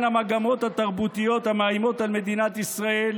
המגמות התרבותיות המאיימות על מדינת ישראל,